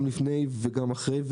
לפני וגם אחרי.